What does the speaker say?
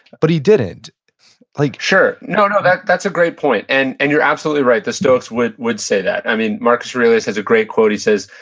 but he didn't like sure. no, no. that's a great point. and and you're absolutely right, the stoics would would say that. i mean, marcus aurelius has a great quote. he says,